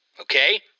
Okay